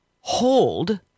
hold